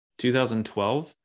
2012